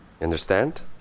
Understand